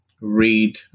read